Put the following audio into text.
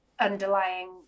underlying